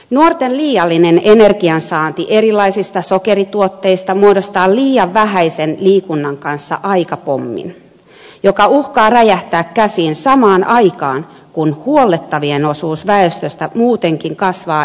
nuorten liiallinen energiansaanti erilaisista sokerituotteista muodostaa liian vähäisen liikunnan kanssa aikapommin joka uhkaa räjähtää käsiin samaan aikaan kun huollettavien osuus väestöstä muutenkin kasvaa eläköitymisen myötä